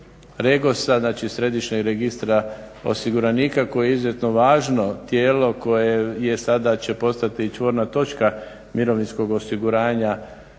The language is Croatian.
REGOS-a znači Središnjeg registra osiguranika koji je izuzetno važno tijelo koje sada će postati čvorna točka mirovinskog osiguranja